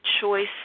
choice